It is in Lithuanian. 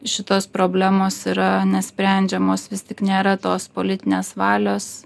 šitos problemos yra nesprendžiamos vis tik nėra tos politinės valios